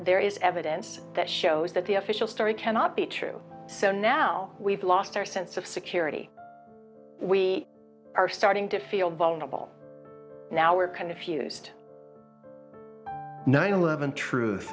there is evidence that shows that the official story cannot be true so now we've lost our sense of security we are starting to feel vulnerable now we're confused nine eleven truth